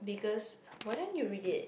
biggest why then you read it